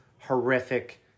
horrific